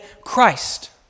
Christ